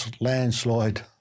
landslide